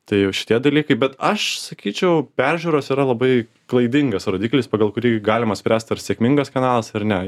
tai jau šitie dalykai bet aš sakyčiau peržiūros yra labai klaidingas rodiklis pagal kurį galima spręst ar sėkmingas kanalas ar ne